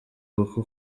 kuko